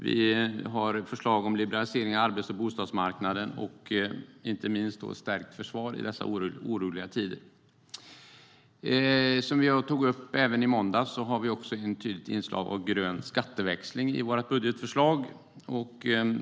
Vi har förslag om liberalisering när det gäller arbetsmarknaden och bostadsmarknaden och inte minst förslag om ett stärkt försvar i dessa oroliga tider. Som jag tog upp i måndags har vi ett tydligt inslag av grön skatteväxling i vårt budgetförslag.